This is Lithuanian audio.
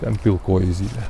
ten pilkoji zylė